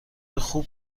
خوب